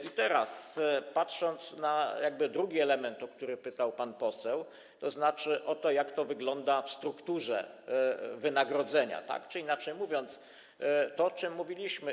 I teraz popatrzmy na jakby drugi element, o który pytał pan poseł, to znaczy na to, jak to wygląda w strukturze wynagrodzeń, czy, inaczej mówiąc, na to, o czym mówiliśmy.